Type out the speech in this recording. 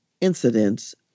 incidents